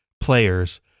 players